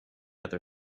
other